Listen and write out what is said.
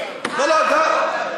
יחידות באנגלית זה מתחיל ב-A.